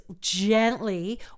gently